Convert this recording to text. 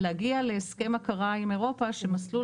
להגיע להסכם הכרה עם אירופה שמסלול